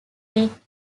take